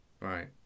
Right